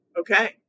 Okay